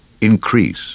increase